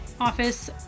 Office